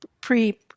pre